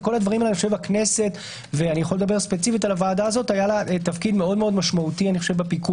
כל הדברים האלה הכנסת והוועדה הזו היה לה תפקיד מאוד משמעותי בפיקוח.